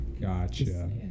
Gotcha